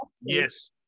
Yes